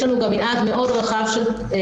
יש לנו גם מנעד רחב מאוד של תאונות,